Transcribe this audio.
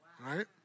Right